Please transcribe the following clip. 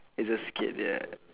it's at skate yeah